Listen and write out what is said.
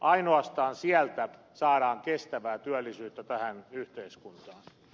ainoastaan sieltä saadaan kestävää työllisyyttä tähän yhteiskuntaan